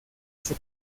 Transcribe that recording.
ese